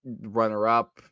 runner-up